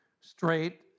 straight